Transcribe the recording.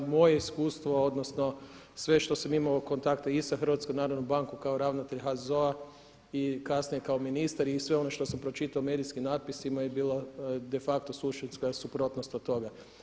Moje iskustvo odnosno sve što sam imao kontakte i sa HNB-om kao ravnatelj HZZO-a i kasnije kao ministar i sve ono što sam pročitao u medijskim natpisima je bilo de facto suštinska suprotnost od toga.